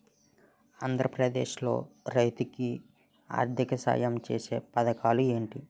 ఆంధ్రప్రదేశ్ లో రైతులు కి ఆర్థిక సాయం ఛేసే పథకాలు ఏంటి?